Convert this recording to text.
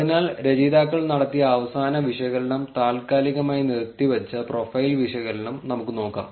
അതിനാൽ രചയിതാക്കൾ നടത്തിയ അവസാന വിശകലനം താൽക്കാലികമായി നിർത്തിവച്ച പ്രൊഫൈൽ വിശകലനം നമുക്ക് നോക്കാം